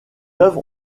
œuvres